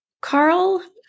Carl